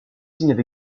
signent